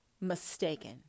mistaken